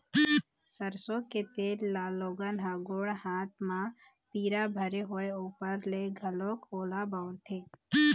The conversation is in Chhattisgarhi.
सरसो के तेल ल लोगन ह गोड़ हाथ म पीरा भरे होय ऊपर ले घलोक ओला बउरथे